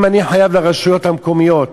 אם אני חייב לרשויות המקומיות